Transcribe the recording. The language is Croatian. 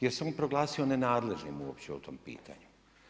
Jer se on proglasio nenadležnim uopće o tom pitanju.